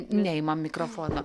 neimam mikrofono